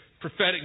prophetic